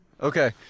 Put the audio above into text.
okay